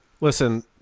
Listen